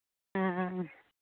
हाँ हाँ